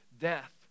death